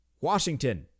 Washington